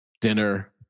dinner